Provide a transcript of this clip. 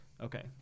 Okay